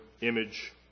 image